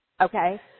Okay